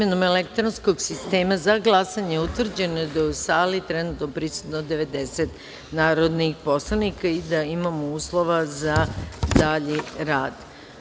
elektronskog sistema za glasanje utvrđeno da je u sali prisutno 90 narodnih poslanika i da imamo uslova za dalji rad.